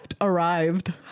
arrived